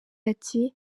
ati